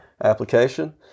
application